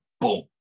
boom